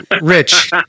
Rich